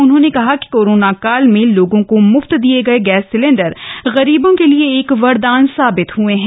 उन्होंने कहा कि कोरोना काल में लोगों को मुफ्त दिए गए गैस सिलेंण्डर गरीबों के लिए एक वरदान साबित हुए हैं